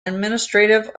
administrative